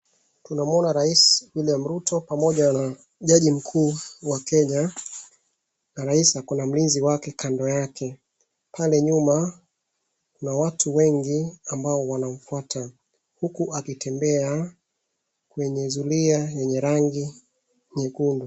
Tunamwona rais William Ruto pamoja na jaji mkuu wa Kenya na rais ako na mlinzi wake kando yake, pale nyuma kuna watu wengi ambao wanamfuata huku akitembea kwenye zulia yenye rangi nyekundu.